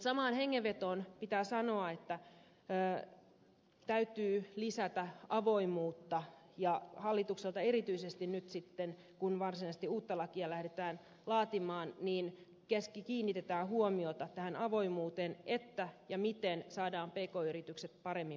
samaan hengenvetoon pitää sanoa että täytyy lisätä avoimuutta ja hallituksen erityisesti nyt kun varsinaisesti uutta lakia lähdetään laatimaan tulisi kiinnittää huomiota avoimuuteen ja siihen miten saadaan pk yritykset paremmin mukaan